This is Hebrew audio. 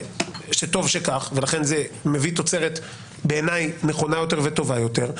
שטוב שכך ולכן זה מביא תוצרת בעיניי נכונה יותר וטובה יותר,